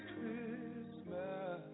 Christmas